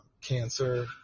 cancer